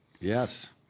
Yes